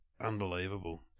Unbelievable